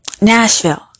Nashville